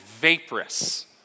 vaporous